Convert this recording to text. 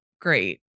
great